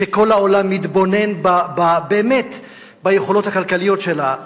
שכל העולם מתבונן באמת ביכולות הכלכליות שלה,